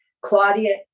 Claudia